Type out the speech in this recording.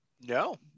no